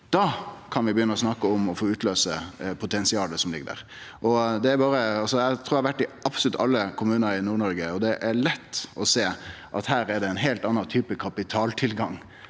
Da kan vi begynne å snakke om å få utløyst potensialet som ligg der. Eg trur eg har vore i absolutt alle kommunar i Nord-Noreg, og det er lett å sjå at det der er ein heilt annan type kapitaltilgang